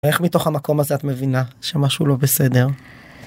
ואיך מתוך המקום הזה את מבינה שמשהו לא בסדר?